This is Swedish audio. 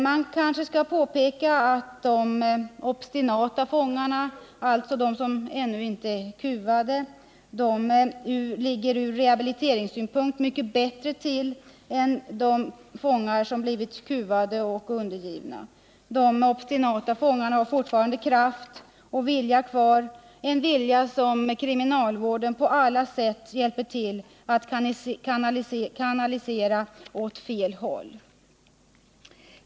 Man bör kanske påpeka att de obstinata fångarna, dvs. de som ännu inte är kuvade, ligger mycket bättre till från rehabiliteringssynpunkt än de kuvade och undergivna fångarna. De obstinata fångarna har fortfarande kraft och vilja, en vilja som kriminalvården på alla sätt kanaliserar åt fel håll.